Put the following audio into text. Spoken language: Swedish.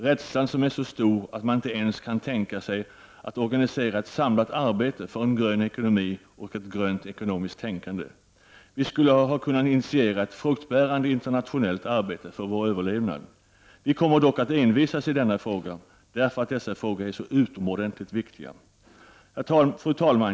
Rädslan är så stor att man inte ens kan tänka sig att organisera ett samlat arbete för grön ekonomi och grönt ekonomiskt tänkande. Vi skulle ha kunnat initiera ett fruktbärande internationellt arbete för vår överlevnad. Miljöpartiet kommer dock att envisas i denna fråga därför att den är så utomordentligt viktig. Fru talman!